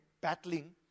battling